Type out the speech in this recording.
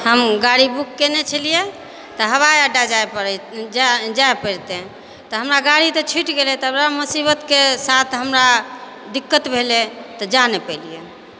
हम गाड़ी बुक केने छलियै तऽ हवाई अड्डा जाइ पड़ि जाइ पड़ितै तऽ हमरा गाड़ी तऽ छूटि गेलै तऽ हमरा मुसीबतके साथ हमरा दिक्कत भेलै तऽ जा नहि पेलियै